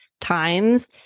times